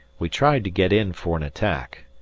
we tried to get in for an attack,